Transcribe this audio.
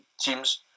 teams